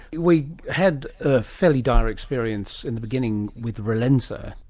we had a fairly dire experience in the beginning with relenza,